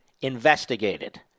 investigated